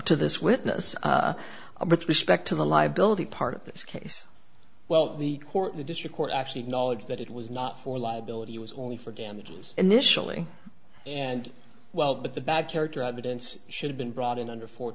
to this witness with respect to the liability part of this case well the court the district court actually knowledge that it was not for liability was only for damages initially and well but the bad character evidence should have been brought in under four